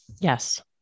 Yes